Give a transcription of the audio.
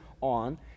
on